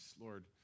Lord